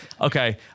okay